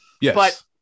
Yes